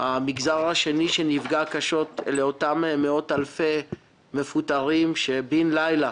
המגזר השני שנפגע קשות אלה אותם מאות אלפי מפוטרים שבין לילה